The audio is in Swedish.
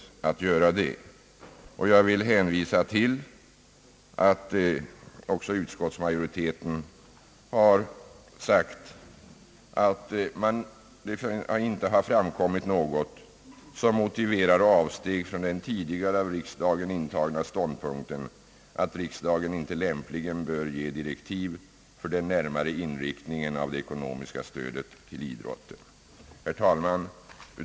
Jag vill också hänvisa till att utskottsmajoriteten har sagt att det inte framkommit något som motiverar avsteg från den ståndpunkt som riksdagen tidigare intagit, att riksdagen inte lämpligen bör ge direktiv om den närmare inriktningen av det ekonomiska stödet till idrotten. Herr talman!